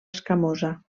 escamosa